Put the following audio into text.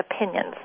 opinions